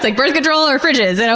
like birth control or fridges! and